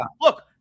look